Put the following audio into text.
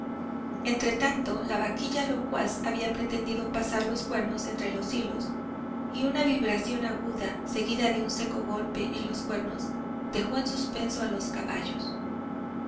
entretanto la vaquilla locuaz había pretendido pasar los cuernos entre los hilos y una vibración aguda seguida de un seco golpe en los cuernos dejó en suspenso a los caballos